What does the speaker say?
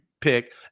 pick